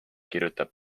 kirjutab